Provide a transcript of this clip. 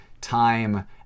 time